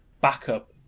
backup